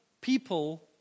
people